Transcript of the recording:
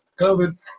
COVID